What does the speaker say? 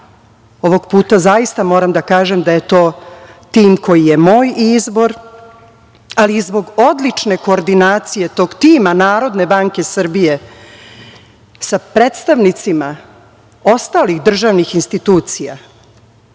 ovog puta zaista moram da kažem da je to tim koji je moj izbor, ali zbog odlične koordinacije tog tima Narodne banke Srbije, sa predstavnicima ostalih državnih institucija